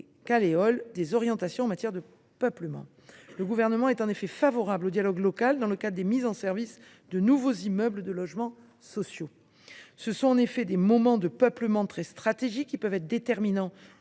des orientations en matière de peuplement. Le Gouvernement est en effet favorable au dialogue local dans le cadre des mises en service de nouveaux immeubles de logements sociaux. Ce sont en effet des moments de peuplement très stratégiques, qui peuvent être déterminants